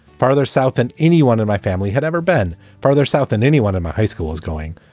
farther south than anyone in my family had ever been. farther south than anyone in my high school is going.